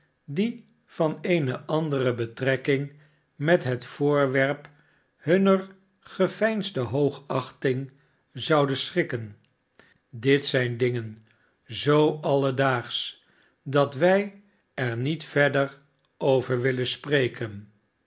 die van eene nadere betrekking met het voorwerp hunner geveinsde hoogachting zouden schrikken dit zijn dingen zoo alledaagsch dat wij er niet verder over willen spreken